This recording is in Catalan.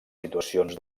situacions